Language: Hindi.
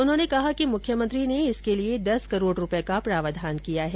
उन्होंने कहा कि मुख्यमंत्री ने इसके लिए दस करोड रूपये का प्रावधान किया है